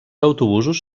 autobusos